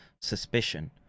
suspicion